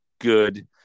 good